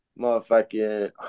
Motherfucking